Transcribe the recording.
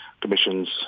commissions